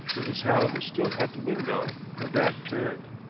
mrs. hallam was still at the window, her back turned.